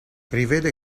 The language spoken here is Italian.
rivede